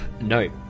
No